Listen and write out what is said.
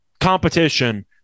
competition